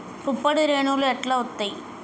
పుప్పొడి రేణువులు ఎట్లా వత్తయ్?